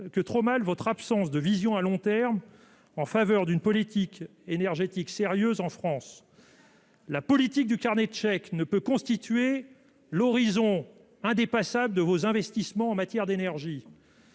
que trop mal votre absence de vision à long terme en faveur d'une politique énergétique sérieux en France. La politique du carnet de chèques ne peut constituer l'horizon indépassable de vos investissements en matière d'énergie.